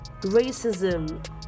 Racism